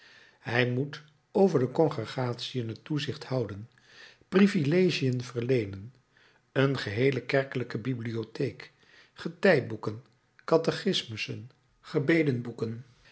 hij moet over de congegratiën het toezicht houden privilegiën verleenen een geheele kerkelijke bibliotheek getijboeken catechismussen